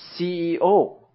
CEO